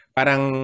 parang